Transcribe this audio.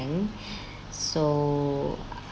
so